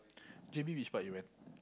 J_B which part you went